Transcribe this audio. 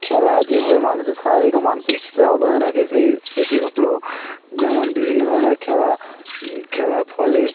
খেলা যেভাবে মানুষের শারীরিক ও মানসিক সুস্থতার অবদান রাখে সে সেটি হলো যেমন বিভিন্ন ধরনের খেলা খেলার ফলে